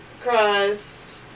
crust